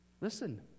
Listen